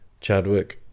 Chadwick